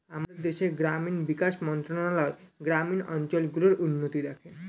আমাদের দেশের গ্রামীণ বিকাশ মন্ত্রণালয় গ্রামীণ অঞ্চল গুলোর উন্নতি দেখে